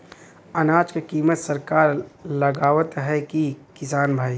अनाज क कीमत सरकार लगावत हैं कि किसान भाई?